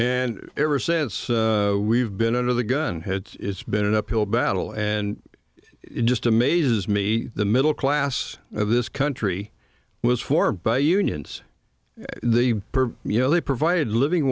and ever since we've been under the gun has it's been an uphill battle and it just amazes me the middle class of this country was formed by unions the you know they provide living